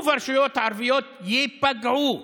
הרשויות הערביות ייפגעו שוב.